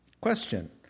question